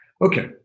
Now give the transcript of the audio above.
Okay